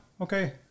okay